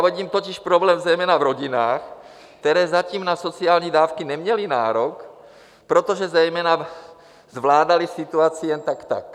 Vidím totiž problém zejména v rodinách, které zatím na sociální dávky neměly nárok, protože zvládaly situaci jen tak tak.